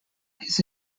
his